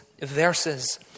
verses